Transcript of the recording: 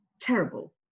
terrible